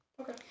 Okay